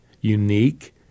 unique